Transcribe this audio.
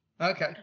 Okay